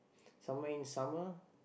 somewhere in summer